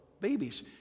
babies